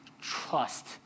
trust